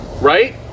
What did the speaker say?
right